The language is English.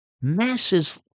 masses